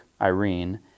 Irene